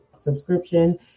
subscription